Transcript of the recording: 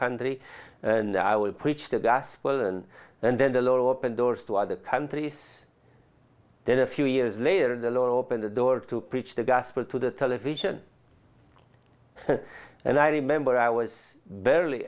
country and i will preach the gospel and then then the lower open doors to other countries then a few years later the law opened the door to preach the gospel to the television and i remember i was barely